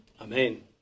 Amen